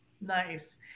Nice